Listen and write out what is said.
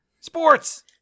Sports